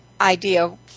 idea